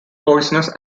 poisonous